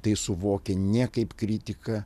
tai suvokia ne kaip kritiką